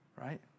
Right